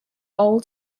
old